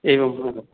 एवम् एवं